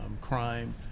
crime